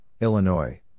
Illinois